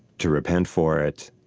to repent for it,